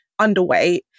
underweight